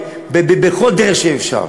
בכל דרך שאפשר.